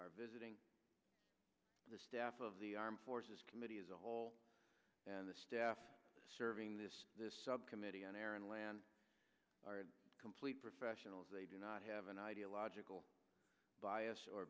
are visiting the staff of the armed forces committee as a whole and the staff serving this subcommittee on air and land are in complete professionals they do not have an ideological bias or